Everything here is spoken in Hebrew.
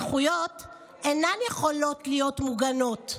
הזכויות אינן יכולות להיות מוגנות.